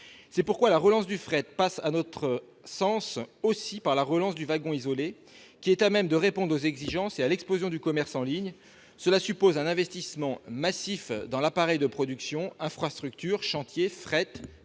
C'est pourquoi la relance du fret passe aussi, à notre sens, par la relance du wagon isolé, qui est à même de répondre aux exigences et à l'explosion du commerce en ligne. Cela suppose un investissement massif dans l'appareil de production- je pense aux infrastructures, aux chantiers de fret,